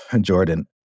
Jordan